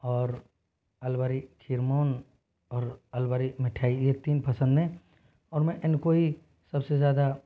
और अलवरी खिरमोन और अलवरी मिठाई ये तीन पसंद हैं और मैं इनको ही सबसे ज़्यादा